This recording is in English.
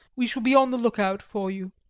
we shall be on the lookout for you,